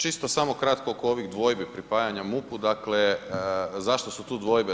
Čisto samo kratko oko ovih dvojbi pripajanju MUP-u, dakle zašto su tu dvojbe.